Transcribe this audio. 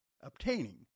obtaining